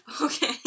Okay